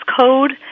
Code